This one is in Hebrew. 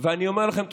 ואני אומר לכם,